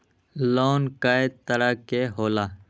Loan कय तरह के होला?